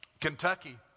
Kentucky